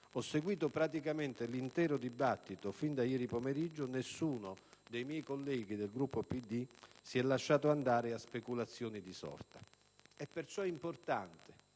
Ho seguito praticamente l'intero dibattito: fin da ieri pomeriggio nessuno dei miei colleghi del Gruppo del Partito Democratico si è lasciato andare a speculazioni di sorta. È perciò importante,